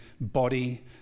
body